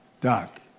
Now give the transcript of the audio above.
Doc